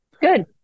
Good